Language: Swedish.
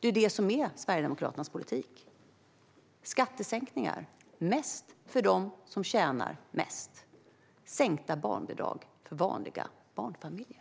Det är Sverigedemokraternas politik. Skattesänkningar för dem som tjänar mest. Sänkta barnbidrag för vanliga barnfamiljer.